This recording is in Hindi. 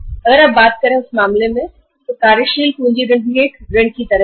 अगर आप कार्यशील पूँजी ऋण की बात करें तो यह एक ऋण की तरह होगा